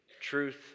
truth